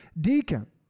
deacon